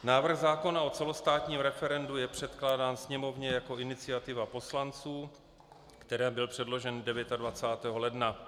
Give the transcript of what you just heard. Návrh zákona o celostátním referendu je předkládán Sněmovně jako iniciativa poslanců, které byl předložen 29. ledna.